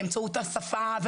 באמצעות השפה,